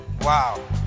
Wow